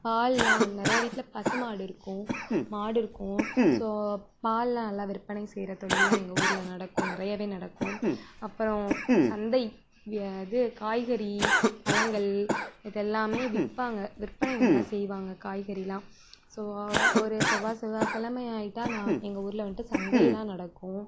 பாலெல்லாம் நிறையா வீட்டில் பசு மாடு இருக்கும் மாடு இருக்கும் ஸோ பாலெல்லாம் நல்லா விற்பனை செய்கிற தொழில்லாம் எங்கள் ஊரில் நடக்கும் நிறையவே நடக்கும் அப்புறம் சந்தை வெ இது காய்கறி பழங்கள் இது எல்லாமே விற்பாங்க விற்பனை நல்லா செய்வாங்க காய்கறியெல்லாம் ஸோ ஒரு செவ்வாய் செவ்வாய் கிழம ஆகிட்டா நான் எங்கள் ஊரில் வந்துட்டு சந்தையிலெல்லாம் நடக்கும்